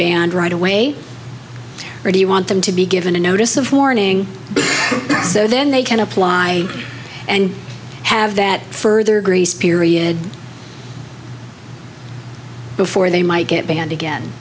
banned right away or do you want them to be given a notice of warning so then they can apply and have that further grace period before they might get banned again